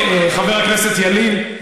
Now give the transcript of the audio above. חבר הכנסת ילין,